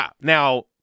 Now